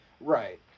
Right